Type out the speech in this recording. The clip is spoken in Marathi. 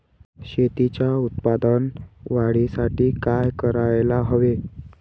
शेतीच्या उत्पादन वाढीसाठी काय करायला हवे?